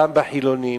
גם אצל החילונים,